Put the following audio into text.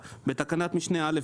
בתקנת משנה (א),